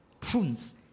Prunes